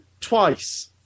Twice